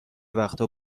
وقتا